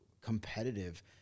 competitive